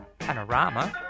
panorama